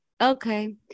okay